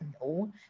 no